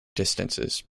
distances